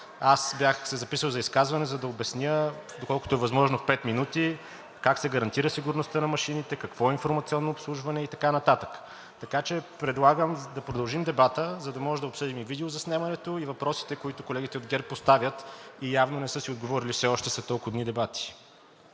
Аз бях се записал за изказване, за да обясня, доколкото е възможно в пет минути, как се гарантира сигурността на машините, какво е „Информационно обслужване“ и така нататък, така че предлагам да продължим дебата, за да може да обсъдим видеозаснемането и въпросите, които от ГЕРБ поставят и явно не са си отговорили все още след толкова дни дебати.